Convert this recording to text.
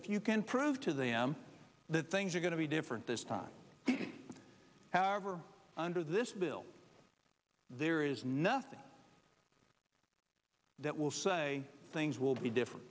if you can prove to them that things are going to be different this time however under this bill there is nothing that will say things will be different